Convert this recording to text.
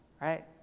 right